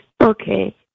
Okay